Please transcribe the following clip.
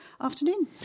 afternoon